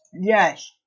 Yes